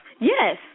Yes